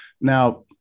Now